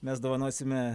mes dovanosime